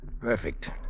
Perfect